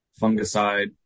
fungicide